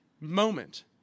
moment